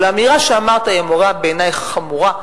אבל האמירה שאמרת היא בעיני אמירה חמורה.